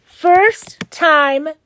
First-time